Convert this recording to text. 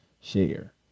share